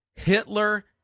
Hitler